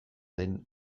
den